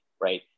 right